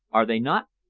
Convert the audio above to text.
are they not?